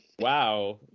Wow